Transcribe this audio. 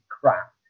crap